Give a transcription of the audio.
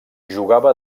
jugava